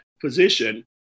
position